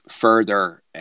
further